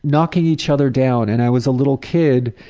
knocking each other down. and i was a little kid,